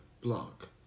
block